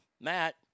Matt